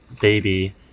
baby